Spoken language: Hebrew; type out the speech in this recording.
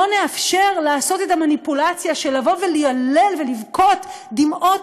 לא נאפשר לעשות את המניפולציה של ליילל ולבכות דמעות